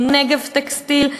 ב"נגב טקסטיל",